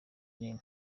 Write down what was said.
nini